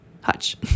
Hutch